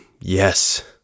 yes